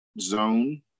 zone